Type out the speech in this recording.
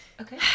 okay